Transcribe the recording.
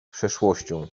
przeszłością